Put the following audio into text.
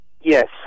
Yes